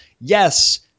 Yes